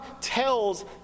tells